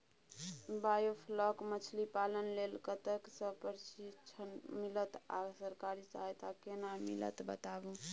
Biofloc मछलीपालन लेल कतय स प्रशिक्षण मिलत आ सरकारी सहायता केना मिलत बताबू?